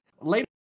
later